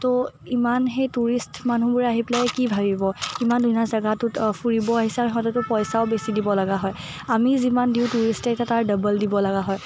ত' ইমান সেই টুৰিষ্ট মানুহবোৰে আহি পেলাই কি ভাবিব ইমান ধুনীয়া জেগাটোত ফুৰিব আহিছে আৰু সিহঁতেতো পইচাও বেছি দিব লগা হয় আমি যিমান দিওঁ টুৰিষ্ট আহিলে তাৰ ডাবল দিব লগা হয়